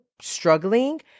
struggling